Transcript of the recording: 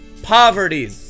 Poverty